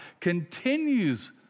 continues